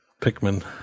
Pikmin